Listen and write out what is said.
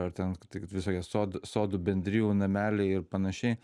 ar ten visokie sodų sodų bendrijų nameliai ir panašiai